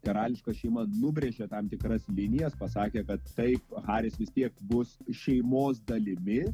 karališka šeima nubrėžė tam tikras linijas pasakė kad taip haris vis tiek bus šeimos dalimi